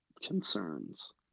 concerns